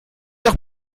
doch